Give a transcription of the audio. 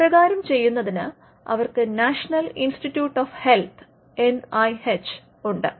അപ്രകാരം ചെയ്യുന്നതിന് അവർക്ക് നാഷണൽ ഇൻസ്റ്റിറ്റ്യൂട്ട് ഓഫ് ഹെൽത്ത് ഉണ്ട് എൻഐഎച്ച് ഉണ്ട്